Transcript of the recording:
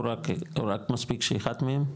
או רק מספיק שאחד מהם?